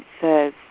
says